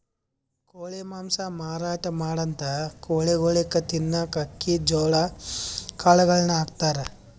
ಕೋಳಿ ಮಾಂಸ ಮಾರಾಟ್ ಮಾಡಂಥ ಕೋಳಿಗೊಳಿಗ್ ತಿನ್ನಕ್ಕ್ ಅಕ್ಕಿ ಜೋಳಾ ಕಾಳುಗಳನ್ನ ಹಾಕ್ತಾರ್